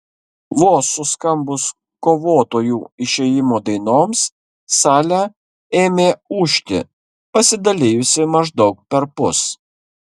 vos suskambus kovotojų išėjimo dainoms sale ėmė ūžti pasidalijusi maždaug perpus